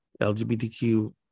LGBTQ